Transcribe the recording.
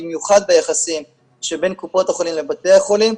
במיוחד ביחסים שבין קופות החולים לבתי החולים,